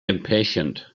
impatient